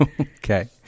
Okay